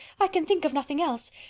i can think of nothing else!